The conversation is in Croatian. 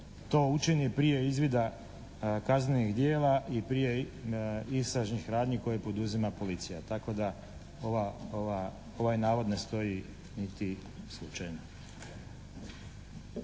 to učini prije izvida kaznenih djela i prije istražnih radnji koje poduzima policija. Tako da ovaj navod ne stoji niti slučajno.